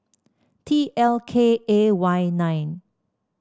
T L K A Y nine